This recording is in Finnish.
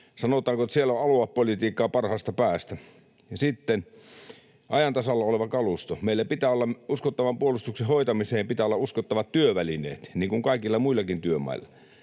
Sanotaanko, että siellä on aluepolitiikkaa parhaasta päästä. Ja sitten ajan tasalla oleva kalusto. Meillä pitää olla uskottavan puolustuksen hoitamiseen uskottavat työvälineet niin kuin kaikilla muillakin työmailla.